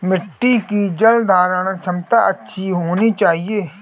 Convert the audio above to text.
मिट्टी की जलधारण क्षमता अच्छी होनी चाहिए